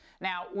Now